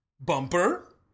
bumper